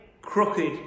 crooked